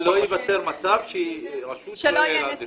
אבל לא ייווצר מצב שרשות לא יהיה לה נציגות.